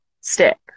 step